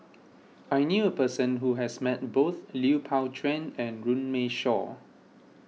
I knew a person who has met both Lui Pao Chuen and Runme Shaw